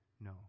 No